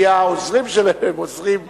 כי העוזרים שלהם הם עוזרים מצוינים.